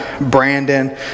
Brandon